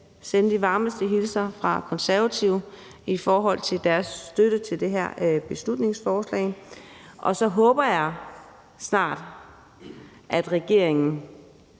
sende de varmeste hilsner fra Konservative i forhold til deres støtte til det her beslutningsforslag. Så håber jeg, at regeringen